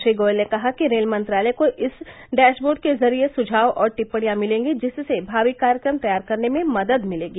श्री गोयल ने कहा कि रेल मंत्रालय को इस डेशबोर्ड के जरिये सुझाव और टिप्पणियां मिलेंगी जिससे भावी कार्यक्रम तैयार करने में मदद मिलेगी